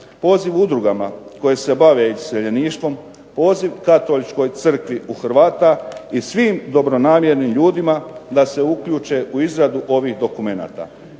poziv udrugama koje se bave iseljeništvom, poziv Katoličkoj crkvi u Hrvata i svim dobronamjernim ljudima da se uključe u izradu ovih dokumenata